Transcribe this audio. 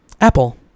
Apple